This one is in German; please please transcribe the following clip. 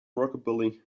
rockabilly